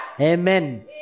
Amen